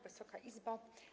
Wysoka Izbo!